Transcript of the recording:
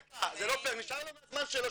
נשאר מהזמן שלו,